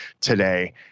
today